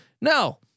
No